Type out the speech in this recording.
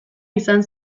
izan